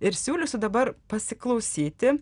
ir siūlysiu dabar pasiklausyti